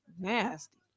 nasty